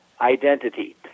identity